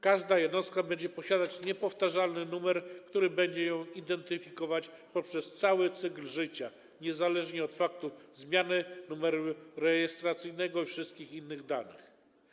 Każda jednostka będzie posiadać niepowtarzalny numer, który będzie ją identyfikować przez cały cykl życia, niezależnie od zmiany numeru rejestracyjnego i wszystkich innych danych.